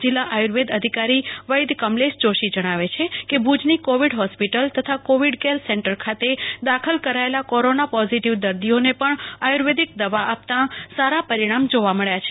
જિલ્લા આયુર્વેદ અધિકારી વૈદ્ય કમલેશ જોશી જણાવે છે કે ભુજ ની કોવિડ હોસ્પિટલ તથા કોવિડ કેર સેન્ટર ખાતે દાખલ કરાયેલા કોરોના પોઝીટીવ દર્દીઓ ને પણ આયુ વેંદિક દવાઅપાતાં સારા પરિણામ જોવા મળ્યા છે